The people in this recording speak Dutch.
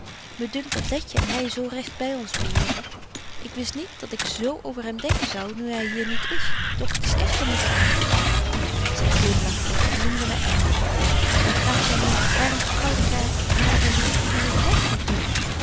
me dunkt dat letje en hy zo recht by ons behoren ik wist niet dat ik z over hem denken zou nu hy hier niet is doch t is echter niet anders zy glimlachte en noemde my engel en vraagt gy nu waarom vertrouwde gy haar den brief van uwen voogd niet toe